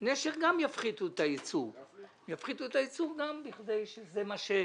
"נשר" גם יפחיתו את היצור בכדי שזה מה שיהיה.